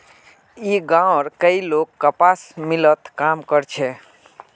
ई गांवउर कई लोग कपास मिलत काम कर छे